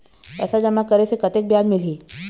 पैसा जमा करे से कतेक ब्याज मिलही?